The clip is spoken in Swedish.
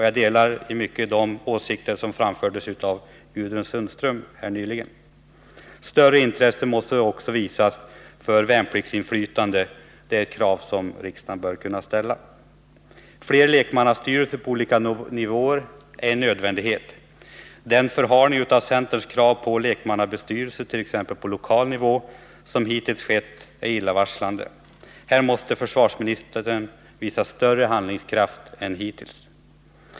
Jag delar i stor utsträckning de åsikter som framfördes här nyligen av Gudrun Sundström. Större intresse måste också visas för värnpliktsinflytandet — det är ett krav som riksdagen bör kunna ställa. Fler lekmannastyrelser på olika nivåer är en nödvändighet. Den förhalning av centerns krav på lekmannastyrelser på lokal nivå som hittills skett är illavarslande. Här måste försvarsministern visa större handlingskraft än hittills.